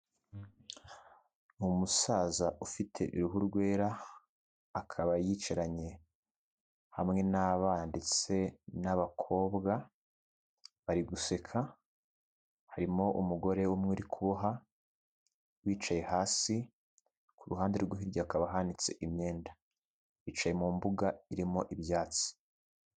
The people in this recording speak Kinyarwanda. Umusaza ufite uruhu rwera, akaba yicaranye hamwe n'abandi se n'abakobwa, bari guseka, harimo umugore umwe uri kuboha wicaye hasi, ku ruhande rwe hirya hakaba hahanitse imyenda, bicaye mu mbuga irimo ibyatsi.